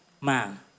man